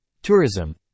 tourism